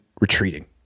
retreating